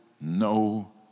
no